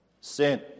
sin